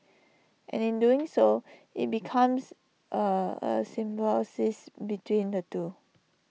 and in doing so IT becomes A a symbol says between the two